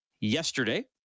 yesterday